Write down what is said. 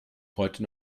heute